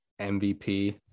MVP